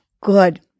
Good